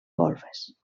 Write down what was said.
golfes